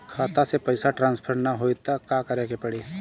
खाता से पैसा ट्रासर्फर न होई त का करे के पड़ी?